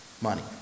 money